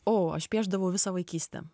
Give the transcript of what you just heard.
o aš piešdavau visą vaikystę